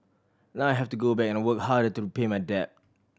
now I have to go back and work harder to repay my debt